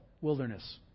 wilderness